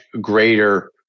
greater